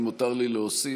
אם מותר לי להוסיף,